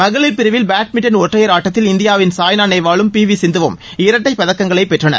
மகளிர் பிரிவில் பேட்மிண்டன் ஒற்றையர் ஆட்டத்தில் இந்தியாவின் சாய்னா நேவாலும் பிவி சிந்துவும் இரட்டை பதக்கங்களை பெற்றனர்